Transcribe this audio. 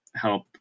help